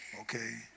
Okay